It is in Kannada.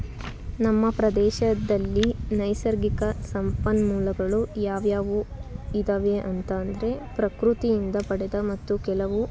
ನಮ್ಮ ಪ್ರದೇಶದಲ್ಲಿ ನೈಸರ್ಗಿಕ ಸಂಪನ್ಮೂಲಗಳು ಯಾವ್ಯಾವು ಇದ್ದಾವೆ ಅಂತ ಅಂದರೆ ಪ್ರಕೃತಿಯಿಂದ ಪಡೆದ ಮತ್ತು ಕೆಲವು